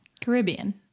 Caribbean